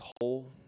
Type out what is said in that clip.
whole